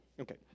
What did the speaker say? Okay